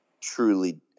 truly